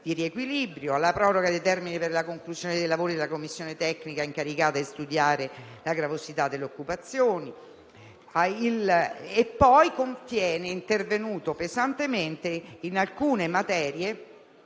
di riequilibrio, alla proroga dei termini per la conclusione dei lavori della commissione tecnica incaricata di studiare la gravosità delle occupazioni. Esso è inoltre intervenuto pesantemente su alcune materie